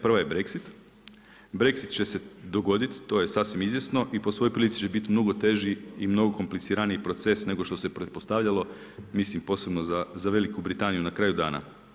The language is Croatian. Prva je Brexit, Brexit će se dogoditi, to je sasvim izvjesno i po svojoj prilici će biti mnogo teži i mnogo kompliciraniji proces nego što se pretpostavljalo, mislim posebno za Veliku Britaniju na kraju dana.